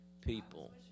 people